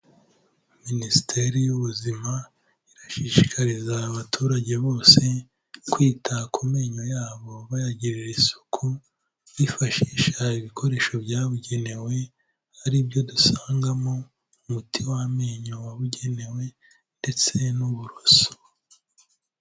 Minisiteri y'ubuzima irashishikariza abaturage bose kwita ku menyo yabo bayagirira isuku, bifashisha ibikoresho byabugenewe aribyo dusangamo umuti w'amenyo wabugenewe ndetse n'uburoso.